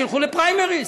שילכו לפריימריז.